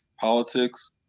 politics